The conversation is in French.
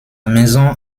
maison